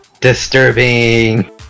Disturbing